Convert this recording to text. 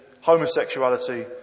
homosexuality